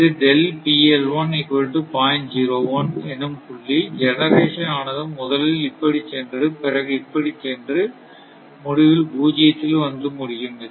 இது என்னும் புள்ளி ஜெனரேஷன் ஆனது முதலில் இப்படி சென்று பிறகு இப்படி சென்று முடிவில் பூஜ்ஜியத்தில் வந்து முடியும்